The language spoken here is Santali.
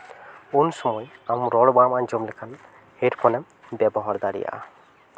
ᱩᱱ ᱥᱚᱢᱚᱭ ᱟᱢ ᱨᱚᱲ ᱵᱟᱢ ᱟᱸᱡᱚᱢ ᱞᱮᱠᱷᱟᱱ ᱦᱮᱹᱰᱯᱷᱳᱱᱮᱢ ᱵᱮᱵᱚᱦᱟᱨ ᱫᱟᱲᱮᱭᱟᱜᱼᱟ